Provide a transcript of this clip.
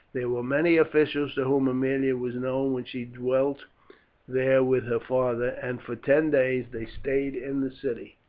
there were many officials to whom aemilia was known when she dwelt there with her father, and for ten days they stayed in the city.